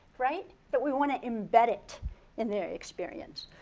right? but we want to embed it in their experience.